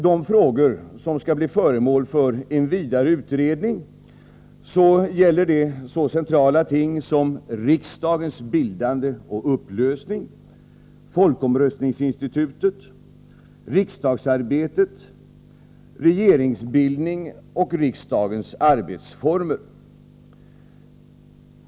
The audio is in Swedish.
De frågor som skall bli föremål för en vidare utredning gäller så centrala ting som riksdagens bildande och upplösning, folkomröstningsinstitutet, riksdagsarbetet, regeringsbildning och riksdagens arbetsformer.